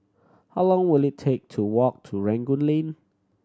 how long will it take to walk to Rangoon Lane